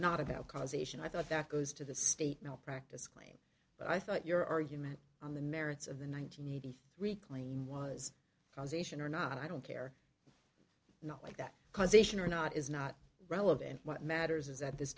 not about causation i thought that goes to the state malpractise claim but i thought your argument on the merits of the one thousand need to reclaim was causation or not i don't care not like that causation or not is not relevant what matters is that this